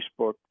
Facebook